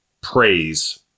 praise